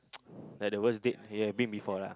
like the worst date you have been before lah